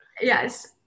Yes